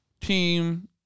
team